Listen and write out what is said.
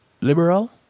liberal